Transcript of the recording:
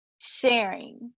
sharing